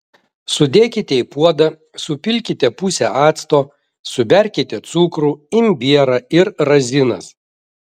sudėkite į puodą supilkite pusę acto suberkite cukrų imbierą ir razinas